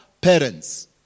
parents